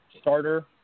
starter